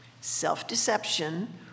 Self-deception